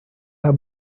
her